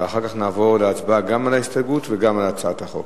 ואחר כך נעבור להצבעה גם על ההסתייגות וגם על הצעת החוק.